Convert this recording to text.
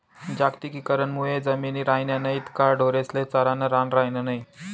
जागतिकीकरण मुये जमिनी रायन्या नैत का ढोरेस्ले चरानं रान रायनं नै